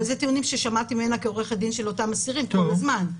אבל אלה טיעונים ששמעתי ממנה כעורכת דין של אותם אסירים כל הזמן.